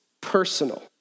personal